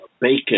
bacon